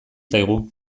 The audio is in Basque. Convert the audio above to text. zaigu